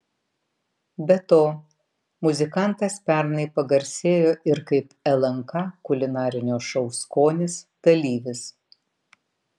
be to muzikantas pernai pagarsėjo ir kaip lnk kulinarinio šou skonis dalyvis